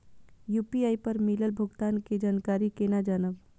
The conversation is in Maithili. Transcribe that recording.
यू.पी.आई पर मिलल भुगतान के जानकारी केना जानब?